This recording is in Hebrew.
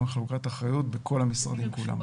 גם עם חלוקת אחריות בכל המשרדים כולם.